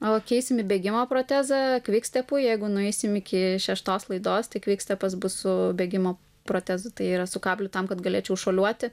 o keisim į bėgimo protezą kvikstepui jeigu nueisim iki šeštos laidos tai kvikstepas bus su bėgimo protezu tai yra su kabliu tam kad galėčiau šuoliuoti